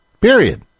Period